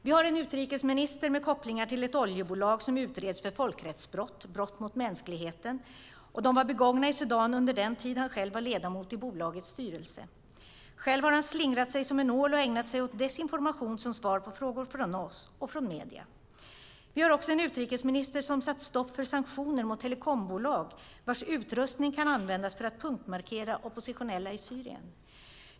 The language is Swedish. Vi har en utrikesminister med kopplingar till ett oljebolag som utreds för folkrättsbrott, brott mot mänskligheten, begångna i Sudan under den tid han själv var ledamot i bolagets styrelse. Själv har han slingrat sig som en ål och ägnat sig åt desinformation som svar på frågor från oss och från medier. Vi har också en utrikesminister som satt stopp för sanktioner mot telekombolag vars utrustning kan användas för att punktmarkera oppositionella i Syrien.